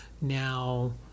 Now